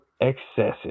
excessive